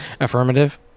affirmative